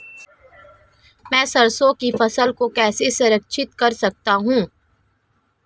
मैं सरसों की फसल को कैसे संरक्षित कर सकता हूँ?